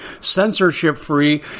censorship-free